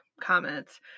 comments